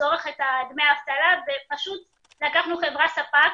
צורך את דמי האבטלה, ופשוט ל קחנו חברה ספק